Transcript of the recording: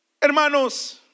hermanos